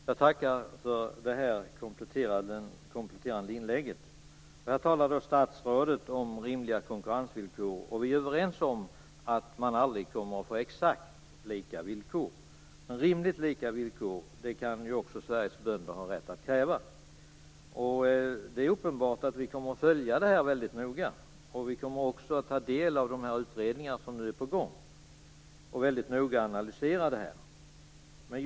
Fru talman! Jag tackar för det kompletterande inlägget. Statsrådet talar om rimliga konkurrensvillkor. Vi är överens om att man aldrig kommer att få exakt lika villkor, men rimligt lika villkor kan ju också Sveriges bönder ha rätt att kräva. Det är uppenbart att vi kommer att följa det här mycket noga. Vi kommer också att ta del av de utredningar som nu är på gång och analysera detta noga.